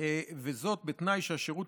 וזאת בתנאי שהשירות